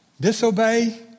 Disobey